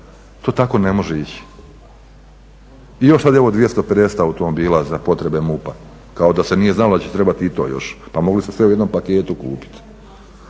To tako ne može ići. I još sad ovo 250 automobila za potrebe MUP-a, kao da se nije znalo da će trebati i to još, pa mogli ste sve u jednom paketu kupiti.